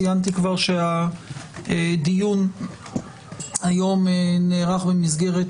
ציינתי כבר שהדיון היום נערך במסגרת